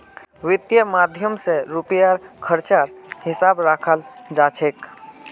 वित्त माध्यम स रुपयार खर्चेर हिसाब रखाल जा छेक